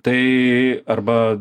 tai arba